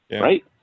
right